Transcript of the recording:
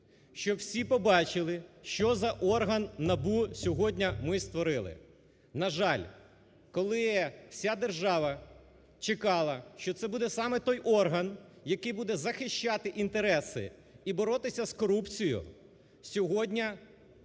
щоб всі побачили, що за орган НАБУ сьогодні ми створили. На жаль, коли вся держав чекала, що це буде саме той орган, який буде захищати інтереси і боротися з корупцією, сьогодні